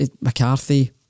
McCarthy